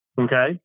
Okay